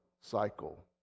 cycle